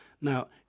Now